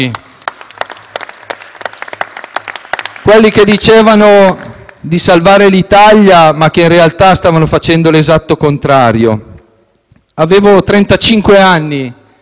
quelli che dicevano di salvare l'Italia, ma che in realtà stavano facendo l'esatto contrario. *(Applausi